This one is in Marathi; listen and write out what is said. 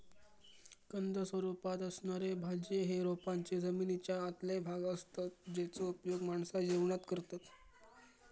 कंद स्वरूपात असणारे भाज्ये हे रोपांचे जमनीच्या आतले भाग असतत जेचो उपयोग माणसा जेवणात करतत